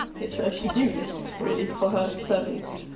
it's a to-do list, really, for her servants.